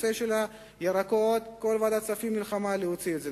נושא הירקות, כל ועדת הכספים נלחמה להוציא את זה.